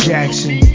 Jackson